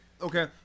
Okay